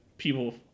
People